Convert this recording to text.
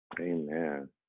Amen